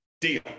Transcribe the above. Deal